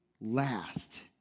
last